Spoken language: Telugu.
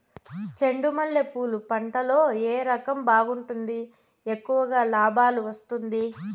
చెండు మల్లె పూలు పంట లో ఏ రకం బాగుంటుంది, ఎక్కువగా లాభాలు వస్తుంది?